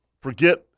forget